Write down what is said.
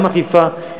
גם אכיפה,